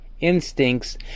instincts